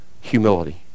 Humility